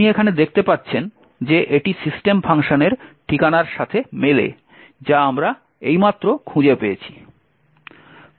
আপনি এখানে দেখতে পাচ্ছেন যে এটি সিস্টেম ফাংশনের ঠিকানার সাথে মেলে যা আমরা এইমাত্র খুঁজে পেয়েছি